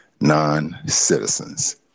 non-citizens